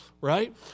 right